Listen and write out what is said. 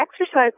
exercise